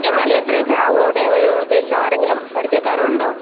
എന്നാല് എത്രയൊക്കെ ആവും അവിടെ ഒരു ഉദ്ദേശം ആരെങ്കിലും പരിചയക്കാരുണ്ടോ